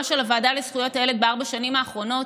של הוועדה לזכויות הילד בארבע שנים האחרונות.